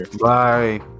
Bye